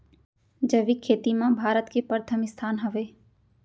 जैविक खेती मा भारत के परथम स्थान हवे